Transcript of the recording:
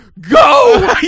go